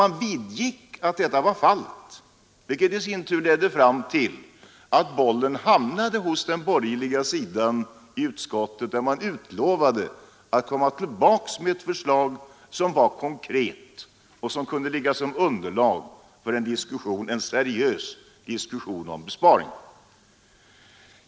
Man vidgick att det förelåg en sådan brist, vilket i sin tur ledde fram till att bollen hamnade hos den borgerliga delen av utskottet, där man utlovade att man skulle komma tillbaka med ett förslag som var konkret och kunde tjäna som underlag för en seriös diskussion om besparingar.